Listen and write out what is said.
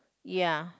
ya